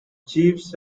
chiefs